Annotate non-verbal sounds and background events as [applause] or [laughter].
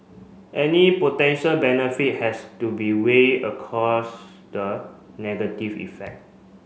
any potential benefit has to be weigh [unintelligible] the negative effect